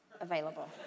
available